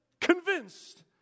convinced